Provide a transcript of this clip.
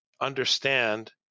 understand